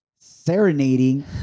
serenading